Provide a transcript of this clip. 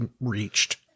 reached